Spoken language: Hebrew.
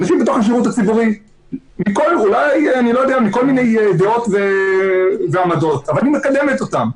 אנשים מהשירות הציבורי עם כל דעות ועמדות אבל היא מקדמת אותם.